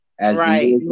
Right